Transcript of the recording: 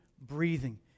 breathing